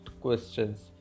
questions